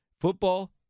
Football